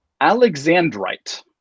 Alexandrite